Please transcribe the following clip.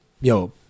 Yo